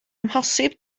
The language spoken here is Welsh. amhosib